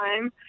time